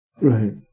Right